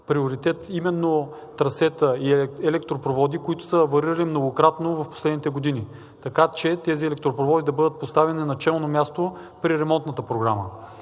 приоритет именно трасета и електропроводи, които са аварирали многократно в последните години, така че тези електропроводи да бъдат поставени на челно място при ремонтната програма.